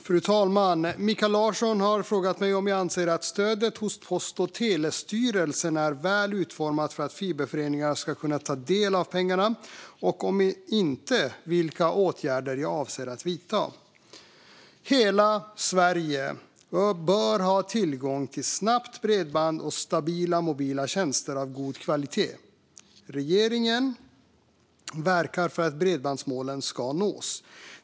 Fru talman! Mikael Larsson har frågat mig om jag anser att stödet hos Post och telestyrelsen, PTS, är väl utformat för att fiberföreningar ska kunna ta del av pengarna, och, om inte, vilka åtgärder jag avser att vidta. Hela Sverige bör ha tillgång till snabbt bredband och stabila mobila tjänster av god kvalitet. Regeringen verkar för att bredbandsmålen ska nås.